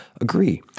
Agree